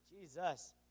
Jesus